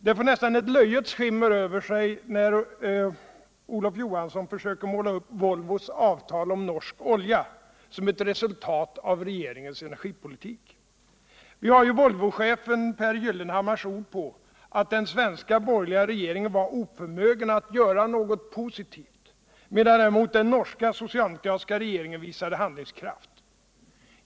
Det får nästan ett löjets skimmer över sig när Olof Johansson försöker måla upp Volvos avtal om norsk olja som ett resultat av regeringens energipolnik. Vi har ju Volvochefen Pehr Gyllenhammars ord på att den svenska borgerliga regeringen var oförmögen att göra något positivt, medan däremot den norska socialdemokratiska regeringen visade handlingskraft.